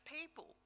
people